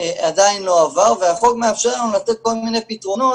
עדיין לא עבר והחוק מאפשר לנו לתת כל מיני פתרונות